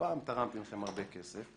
פעם תרמתי לכם הרבה כסף.